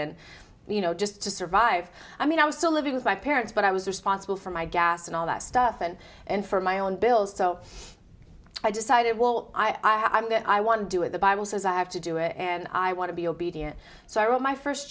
and you know just to survive i mean i was still living with my parents but i was responsible for my gas and all that stuff and and for my own bills so i decided well i i'm going i want to do it the bible says i have to do it and i want to be obedient so i wrote my first